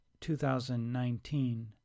2019